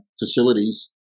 facilities